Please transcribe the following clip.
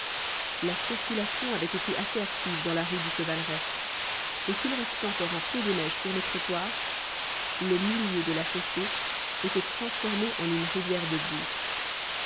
la circulation avait été assez active dans la rue du chevaleret et s'il restait encore un peu de neige sur les trottoirs le milieu de la chaussée était transformé en une rivière de boue